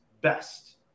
best